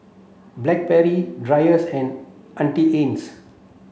Blackberry Drypers and Auntie Anne's